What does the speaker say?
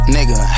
Nigga